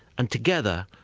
and together,